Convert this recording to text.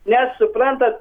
nes suprantat